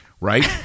Right